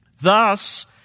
thus